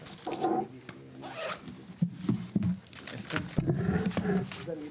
13:01.